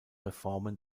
reformen